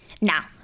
Now